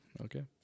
Okay